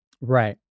Right